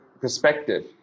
perspective